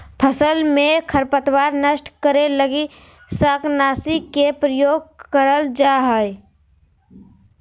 फसल में खरपतवार नष्ट करे लगी शाकनाशी के प्रयोग करल जा हइ